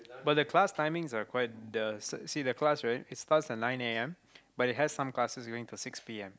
but the class timings are quite uh see the class it starts at nine a_m but it has some classes even till six p_m